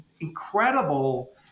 Incredible